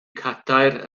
cadair